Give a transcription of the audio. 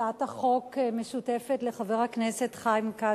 אני קובע שהצעת חוק הגנת הצומח (תיקון,